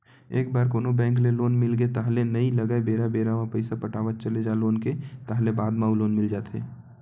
एक बार कोनो बेंक ले लोन मिलगे ताहले नइ लगय बेरा बेरा म पइसा पटावत चले जा लोन के ताहले बाद म अउ लोन मिल जाथे